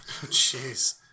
Jeez